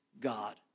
God